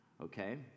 okay